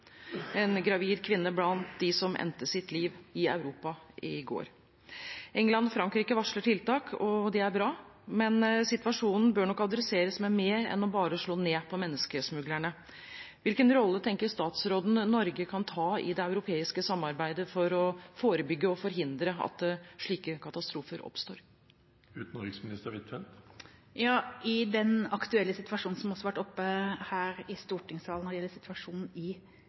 en gravid kvinne blant dem som endte sitt liv i Europa i går. England og Frankrike varsler tiltak, og det er bra, men situasjonen bør nok besvares med mer enn bare å slå ned på menneskesmuglerne. Hvilken rolle tenker statsråden at Norge kan ta i det europeiske samarbeidet for å forebygge og forhindre at slike katastrofer oppstår? I den aktuelle situasjonen når det gjelder situasjonen i Hviterussland, som også har vært oppe her i stortingssalen,